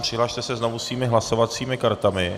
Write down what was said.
Přihlaste se znovu svými hlasovacími kartami.